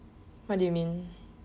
what do you mean